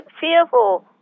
fearful